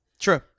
True